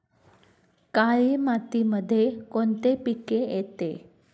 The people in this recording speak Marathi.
काळी मातीमध्ये कोणते पिके येते?